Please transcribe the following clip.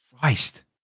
Christ